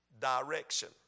direction